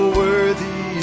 worthy